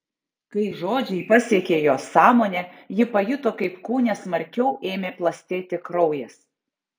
kai žodžiai pasiekė jos sąmonę ji pajuto kaip kūne smarkiau ėmė plastėti kraujas